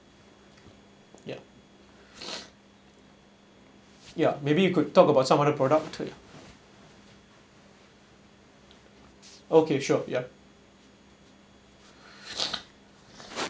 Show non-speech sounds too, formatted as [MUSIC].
yup [BREATH] ya maybe you could talk about some other product okay sure ya [BREATH]